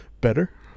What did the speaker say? better